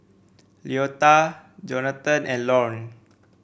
Leota Jonatan and Lorne